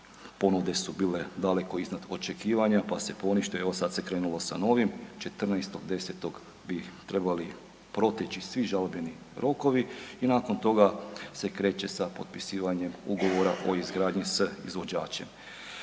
ponude su bile daleko iznad očekivanja, pa se ponište, evo sad se krenulo sa novim, 14.10. bi ih trebali proteći svi žalbeni rokovi i nakon toga se kreće sa potpisivanjem Ugovora o izgradnji s izvođačem.